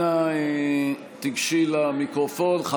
אנא גשי למיקרופון, המיקרופון בצד.